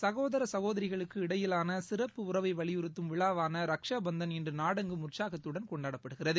சகோதர சகோதரிக்கு இடையிலான சிறப்பு உறவை வலியுறுத்தும் ரக்ஷாபந்தன் இன்று நாடெங்கும் உற்சாகத்துடன் விழாவான கொண்டாடப்படுகிறது